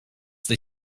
they